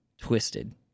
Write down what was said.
twisted